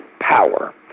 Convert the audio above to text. power